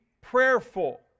prayerful